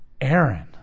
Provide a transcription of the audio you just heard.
Aaron